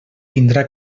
tindrà